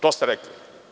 To ste rekli.